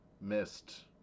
missed